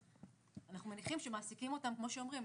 אנחנו מניחים שמעסיקים אותם כמו שאומרים,